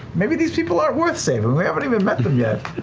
maybe these people aren't worth saving, we haven't even met them yet.